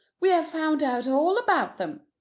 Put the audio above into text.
we have found out all about them.